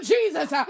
Jesus